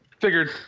Figured